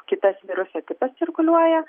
kitas viruso tipas cirkuliuoja